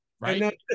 right